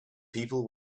people